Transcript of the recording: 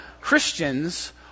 Christians